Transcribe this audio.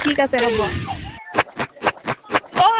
ঠিক আছে হ'ব